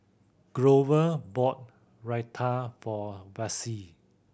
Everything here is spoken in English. Glover bought Raita for Vassie